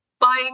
buying